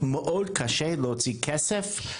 מאוד קשה להוציא כסף,